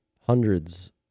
hundreds